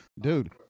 dude